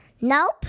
Nope